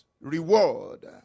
reward